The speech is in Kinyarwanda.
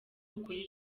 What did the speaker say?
ukuri